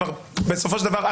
בסופו של דבר,